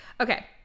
Okay